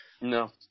No